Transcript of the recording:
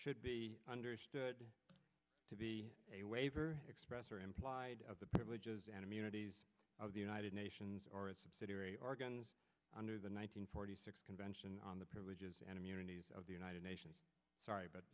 should be understood to be a waiver express or implied of the privileges and immunities of the united nations or as subsidiary organs under the one hundred forty six convention on the privileges and immunities of the united nations sorry but